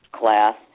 class